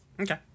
Okay